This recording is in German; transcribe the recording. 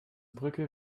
brücke